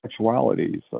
sexualities